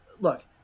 look